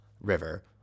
River